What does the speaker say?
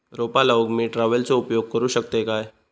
रोपा लाऊक मी ट्रावेलचो उपयोग करू शकतय काय?